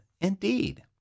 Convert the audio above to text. Indeed